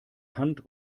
hand